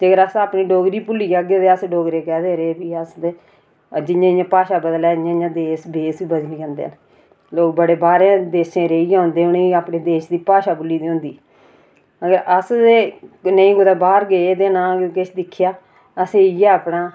जेकर अस अपनी डोगरी भुल्ली जाह्गे ते अस डोगरे कैह्दे रेह् अस ते जि'यां जि'यां भाशा बदलै इयां इयां बेश बी बदली जंदे लोग बड़े बाहरें देशें रेहियै आंदे उ'नेंगी अपने देश दी भाषा भुल्ली दी हुंदी मगर अस ते नेईं कुतै बाह्र गे ते ना किश दिक्खेआ असें इ'यै अपना